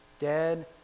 dead